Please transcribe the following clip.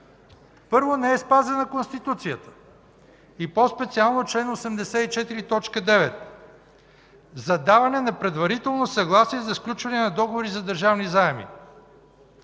Първо, не е спазена Конституцията и по-специално чл. 84, т. 9 за даване на предварително съгласие за сключване на договори за държавни заеми.